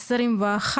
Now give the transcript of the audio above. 21)